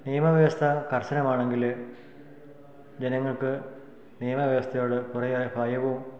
നിയമവ്യവസ്ഥ കർശനമാണെങ്കിൽ ജനങ്ങൾക്ക് നിയമവ്യവസ്ഥയോട് കുറേ ഭയവും